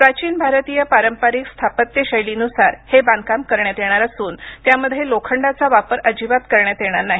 प्राचीन भारतीय पारंपरिक स्थापत्य शैलीनुसार हे बांधकाम करण्यात येणार असून त्यामध्ये लोखंडाचा वापर अजिबात करण्यात येणार नाही